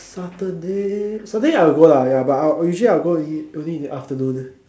Saturday Saturday I will go lah ya but I will usually I will go during in the afternoon